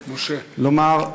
לומר,